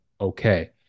okay